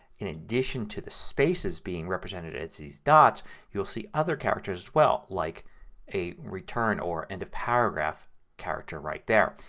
in addition, to the spaces being represented as these dots you will see other characters as well. like a return or end of paragraph character right there.